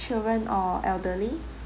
children or elderly